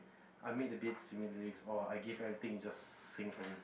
I made the beats you make the lyrics or I give everything you just sing for me